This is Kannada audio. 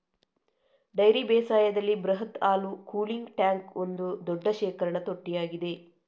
ಡೈರಿ ಬೇಸಾಯದಲ್ಲಿ ಬೃಹತ್ ಹಾಲು ಕೂಲಿಂಗ್ ಟ್ಯಾಂಕ್ ಒಂದು ದೊಡ್ಡ ಶೇಖರಣಾ ತೊಟ್ಟಿಯಾಗಿದೆ